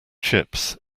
chips